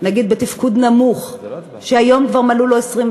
נגיד בתפקוד נמוך, שהיום כבר מלאו לו 21?